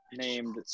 named